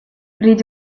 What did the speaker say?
read